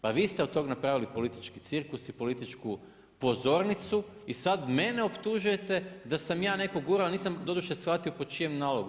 Pa vi ste od tog napravili politički cirkus i političku pozornicu i sad mene optužujete da sam ja nekog gurao, nisam doduše shvatio po čijem nalogu?